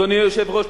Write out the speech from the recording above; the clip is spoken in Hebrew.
אדוני היושב-ראש,